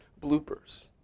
bloopers